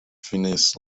phineas